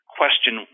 question